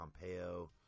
Pompeo